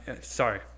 sorry